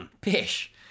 Pish